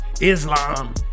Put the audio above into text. Islam